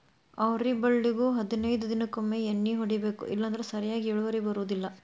ಅವ್ರಿ ಬಳ್ಳಿಗು ಹದನೈದ ದಿನಕೊಮ್ಮೆ ಎಣ್ಣಿ ಹೊಡಿಬೇಕ ಇಲ್ಲಂದ್ರ ಸರಿಯಾಗಿ ಇಳುವರಿ ಬರುದಿಲ್ಲಾ